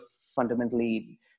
fundamentally